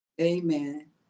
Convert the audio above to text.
Amen